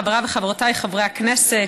חבריי וחברותיי חברי הכנסת,